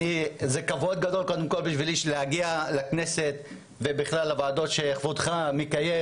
זה כבוד גדול בשבילי להגיע לכנסת ובכלל לוועדות שאתה מקיים.